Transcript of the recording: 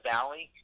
Valley